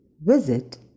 visit